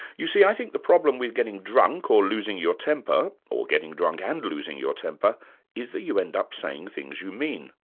you see, i think the problem with getting drunk or losing your temper, or getting drunk and losing your temper is that you end up saying things you mean.